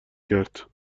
کرد